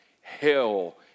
hell